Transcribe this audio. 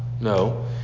No